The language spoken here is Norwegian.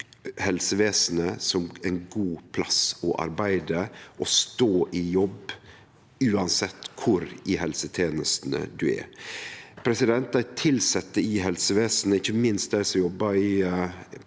helsevesenet som ein god plass å arbeide og stå i jobb, uansett kor i helsetenestene ein er. Dei tilsette i helsevesenet, ikkje minst dei som jobbar i